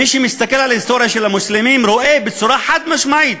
מי שמסתכל על ההיסטוריה של המוסלמים רואה בצורה חד-משמעית: